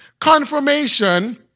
confirmation